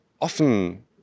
often